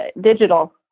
digital